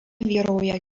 vyrauja